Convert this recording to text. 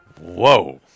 Whoa